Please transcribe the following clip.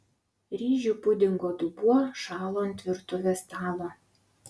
ryžių pudingo dubuo šalo ant virtuvės stalo